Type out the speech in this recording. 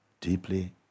deeply